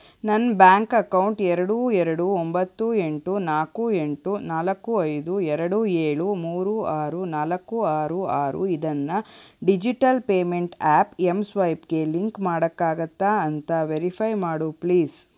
ನನ್ನ bank account ಎರಡು ಎರಡು ಒಂಬತ್ತು ಎಂಟು ನಾಲ್ಕು ಎಂಟು ನಾಲ್ಕು ಐದು ಎರಡು ಏಳು ಮೂರು ಆರು ನಾಲ್ಕು ಆರು ಆರು ಇದನ್ನು ಡಿಜಿಟಲ್ ಪೇಮೆಂಟ್ ಆ್ಯಪ್ ಎಂ ಸ್ವೈಪ್ಗೆ ಲಿಂಕ್ ಮಾಡೋಕ್ಕಾಗತ್ತಾ ಅಂತ ವೆರಿಫೈ ಮಾಡು ಪ್ಲೀಸ್